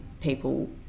people